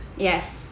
yes